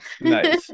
Nice